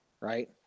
right